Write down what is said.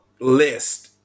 list